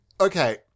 Okay